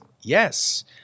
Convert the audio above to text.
Yes